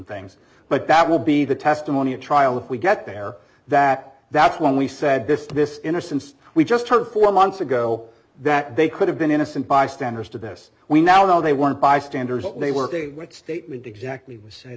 things but that will be the testimony at trial if we get there that that's when we said this to this innocence we just heard four months ago that they could have been innocent bystanders to this we now know they weren't bystanders they working with statement exactly who said